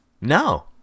no